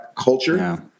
culture